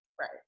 Right